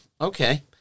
Okay